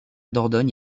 dordogne